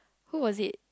who was it